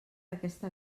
aquesta